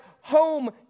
home